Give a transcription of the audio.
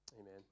amen